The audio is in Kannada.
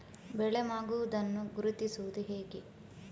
ಬೆಳೆ ಮಾಗುವುದನ್ನು ಗುರುತಿಸುವುದು ಹೇಗೆ?